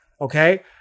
Okay